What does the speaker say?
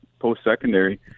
post-secondary